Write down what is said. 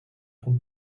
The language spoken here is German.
von